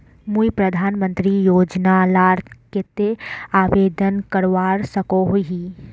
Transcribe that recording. मुई प्रधानमंत्री योजना लार केते आवेदन करवा सकोहो ही?